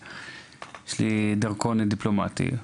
מראה שיש לי דרכון דיפלומטי,